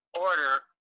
order